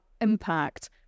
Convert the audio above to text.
impact